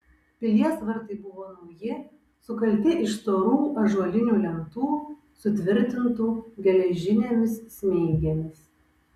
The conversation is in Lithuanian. pilies vartai buvo nauji sukalti iš storų ąžuolinių lentų sutvirtintų geležinėmis smeigėmis